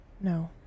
No